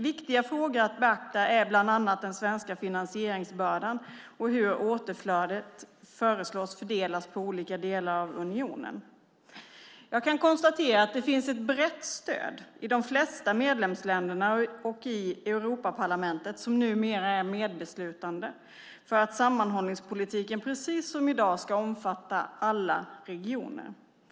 Viktiga frågor att beakta är bland annat den svenska finansieringsbördan och hur återflödet föreslås bli fördelat på olika delar av unionen. Jag kan konstatera att det finns ett brett stöd i de flesta medlemsländerna och i Europaparlamentet, som numera är medbeslutande, för att sammanhållningspolitiken, precis som i dag, ska omfatta alla regioner.